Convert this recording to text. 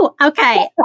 Okay